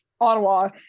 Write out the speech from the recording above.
Ottawa